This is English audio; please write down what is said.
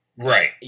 Right